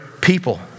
people